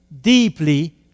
deeply